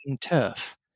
turf